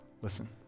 Listen